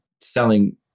selling